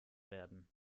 werden